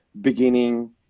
beginning